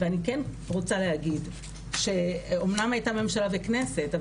ואני כן רוצה להגיד שאמנם הייתה ממשלה וכנסת,